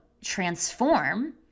transform